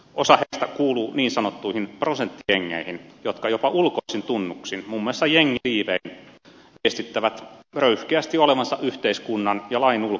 osa heistä kuuluu niin sanottuihin prosenttijengeihin jotka jopa ulkoisin tunnuksin muun muassa jengiliivein viestittävät röyhkeästi olevansa yhteiskunnan ja lain ulkopuolella